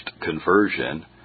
conversion